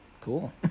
Cool